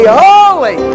holy